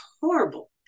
horrible